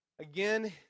Again